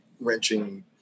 wrenching